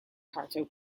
carter